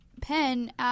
Pen